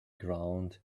ground